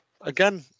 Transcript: Again